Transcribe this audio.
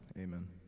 Amen